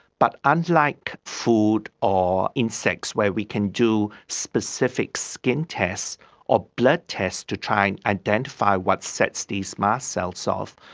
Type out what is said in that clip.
but unlike food or insects where we can do specific skin tests or blood tests to try and identify what sets these mast cells off,